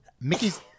Mickey's